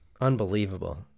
Unbelievable